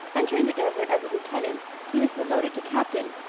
entering the desert as a lieutenant, he was promoted to captain,